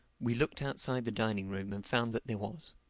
we looked outside the dining-room and found that there was.